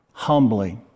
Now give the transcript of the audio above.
humbly